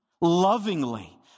lovingly